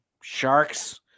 sharks